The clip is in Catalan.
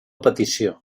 petició